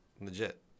legit